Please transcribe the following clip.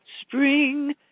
Spring